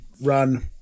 run